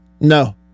No